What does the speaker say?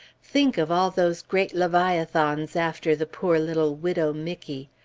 think of all those great leviathans after the poor little widow mickey!